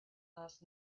last